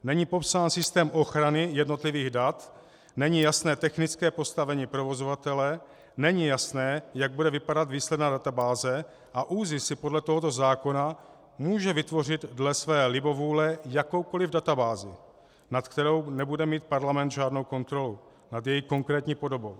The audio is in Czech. Není popsán systém ochrany jednotlivých dat, není jasné technické postavení provozovatele, není jasné, jak bude vypadat výsledná databáze, a ÚZIS si podle tohoto zákona může vytvořit dle své libovůle jakoukoli databázi, nad kterou nebude mít parlament žádnou kontrolu, nad její konkrétní podobou.